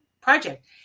project